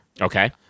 Okay